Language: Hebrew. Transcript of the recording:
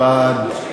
בעד,